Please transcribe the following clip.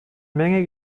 menge